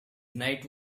night